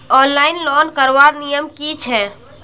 Online loan करवार नियम की छे?